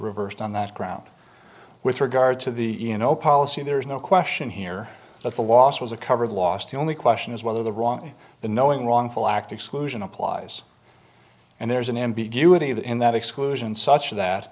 reversed on that ground with regard to the you know policy there's no question here that the loss was a covered loss the only question is whether the wrong the knowing wrongful act exclusion applies and there's an ambiguity of that in that exclusion such that